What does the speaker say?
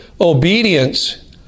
obedience